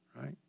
right